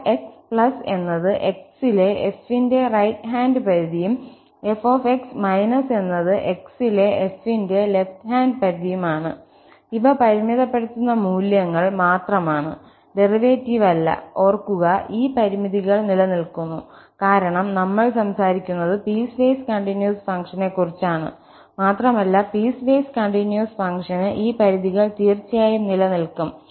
fx എന്നത് x ലെ f ന്റെ റൈറ്റ് ഹാൻഡ് പരിധിയും f എന്നത് x ലെ f ന്റെ ലെഫ്റ് ഹാൻഡ് പരിധിയുമാണ് ഇവ പരിമിതപ്പെടുത്തുന്ന മൂല്യങ്ങൾ മാത്രമാണ് ഡെറിവേറ്റീവ് അല്ല ഓർക്കുക ഈ പരിമിതികൾ നിലനിൽക്കുന്നു കാരണം നമ്മൾ സംസാരിക്കുന്നത് പീസ്വേസ് കണ്ടിന്യൂസ് ഫംഗ്ഷനെക്കുറിച്ചാണ് മാത്രമല്ല പീസ്വേസ് കണ്ടിന്യൂസ് ഫംഗ്ഷന് ഈ പരിധികൾ തീർച്ചയായും നിലനിൽക്കും